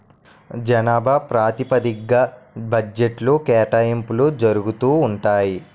జనాభా ప్రాతిపదిగ్గా బడ్జెట్లో కేటాయింపులు జరుగుతూ ఉంటాయి